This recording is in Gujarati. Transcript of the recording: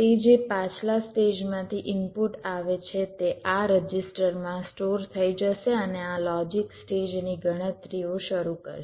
તે જે પાછલા સ્ટેજમાંથી ઇનપુટ આવે છે તે આ રજિસ્ટરમાં સ્ટોર થઈ જશે અને આ લોજિક સ્ટેજ એની ગણતરીઓ શરુ કરશે